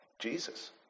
Jesus